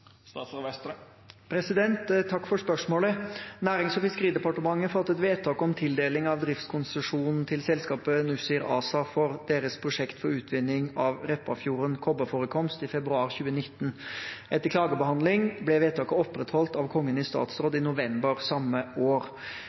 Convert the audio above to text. Takk for spørsmålet. Nærings- og fiskeridepartementet fattet vedtak om tildeling av driftskonsesjon til selskapet Nussir ASA for deres prosjekt for utvinning av Repparfjord kobberforekomst i februar 2019. Etter klagebehandling ble vedtaket opprettholdt av Kongen i statsråd i november samme år.